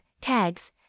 Tags